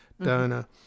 donor